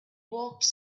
walked